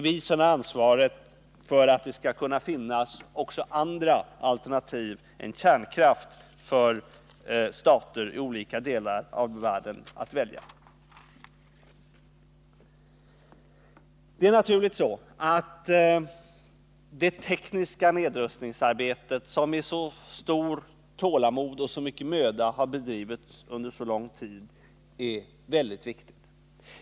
Vi har ansvaret för att det skall kunna finnas även andra alternativ än kärnkraften att välja på för stater i olika delar av världen. Det tekniska nedrustningsarbete som med så stort tålamod och med så mycken möda har bedrivits under så lång tid är naturligtvis väldigt viktigt.